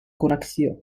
connexió